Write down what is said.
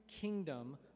kingdom